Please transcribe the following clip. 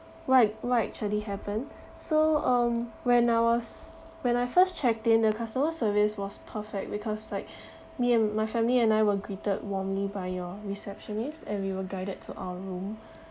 what what actually happened so um when I was when I first checked in the customer service was perfect because like me and my family and I were greeted warmly by your receptionists and we were guided to our room